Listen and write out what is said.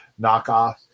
knockoff